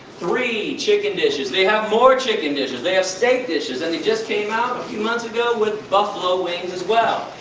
three chicken dishes! they have more chicken dishes, they have steak dishes, and they just came out a few months ago with buffalo wings, as well.